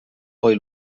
poi